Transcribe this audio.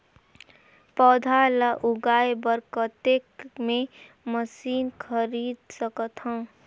पौधा ल जगाय बर कतेक मे मशीन खरीद सकथव?